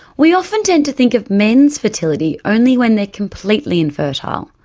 we often tend to think of men's fertility only when they're completely infertile.